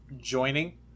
joining